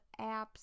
apps